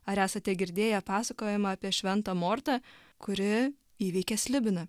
ar esate girdėję pasakojimą apie šventą mortą kuri įveikė slibiną